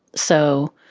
so